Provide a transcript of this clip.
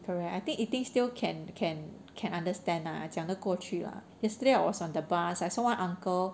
correct I think eating still can can can understand lah 讲那过去 lah yesterday I was on the bus I saw one uncle